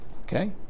Okay